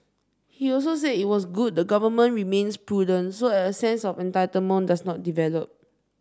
he also said it was good the Government remains prudent so that a sense of entitlement does not develop